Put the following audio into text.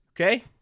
okay